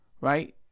Right